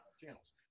channels